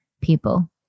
people